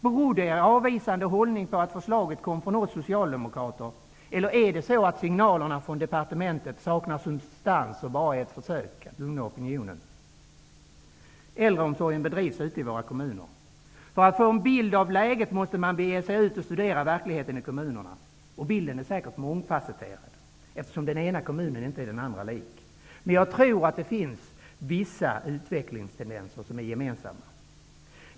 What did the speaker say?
Berodde er avvisande hållning på att förslaget kom från oss socialdemokrater, eller är det så att signalerna från departementet saknar substans och bara är ett försök att lugna opinionen? Äldreomsorgen bedrivs ute i våra kommuner. För att få en bild av läget måste man bege sig ut och studera verkligheten i kommunerna. Bilden är säkert mångfacetterad, eftersom den ena kommunen inte är den andra lik. Jag tror emellertid att det finns vissa utvecklingstendenser som är gemensamma.